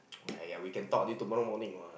aiyah we can talk until tomorrow morning what